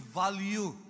value